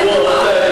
תראו, רבותי,